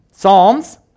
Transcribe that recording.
Psalms